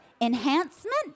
enhancement